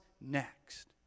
next